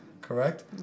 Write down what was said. correct